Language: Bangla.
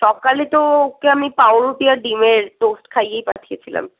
সকালে তো ওকে আমি পাউরুটি আর ডিমের টোস্ট খাইয়েই পাঠিয়েছিলাম